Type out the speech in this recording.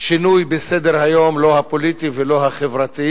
שינוי בסדר-היום, לא הפוליטי ולא החברתי.